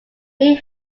may